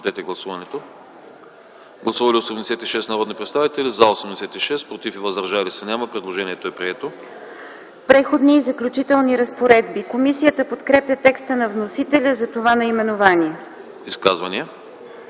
„Преходни и заключителни разпоредби”. Комисията подкрепя текста на вносителя за това наименование. ПРЕДСЕДАТЕЛ